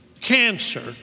cancer